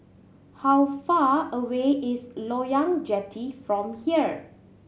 how far away is Loyang Jetty from here